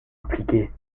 impliquée